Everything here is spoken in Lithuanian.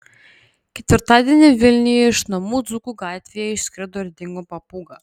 ketvirtadienį vilniuje iš namų dzūkų gatvėje išskrido ir dingo papūga